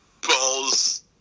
Balls